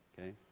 Okay